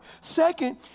Second